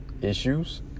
issues